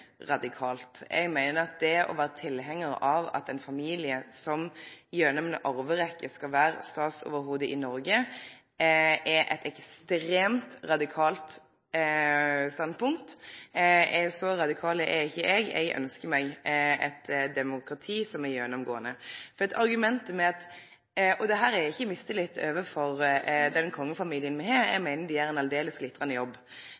radikalt. Eg meiner at det å vere tilhengar av at ein familie gjennom ei arverekke skal vere statsoverhovud i Noreg, er eit ekstremt radikalt standpunkt. Så radikal er ikkje eg. Eg ynskjer meg eit demokrati som er gjennomgåande. Dette er ikkje mistillit overfor den kongefamilien me har, eg meiner dei gjer ein aldeles glitrande jobb.